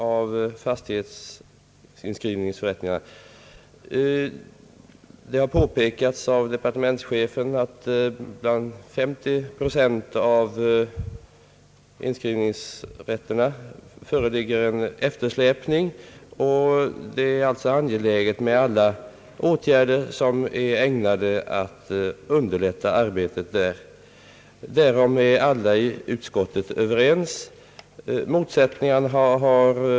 Departementschefen har påpekat att det vid 50 procent av inskrivningsrätterna föreligger en eftersläpning. Det är alltså angeläget att göra allt för att underlätta arbetet där. Därom är alla i utskottet överens.